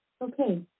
Okay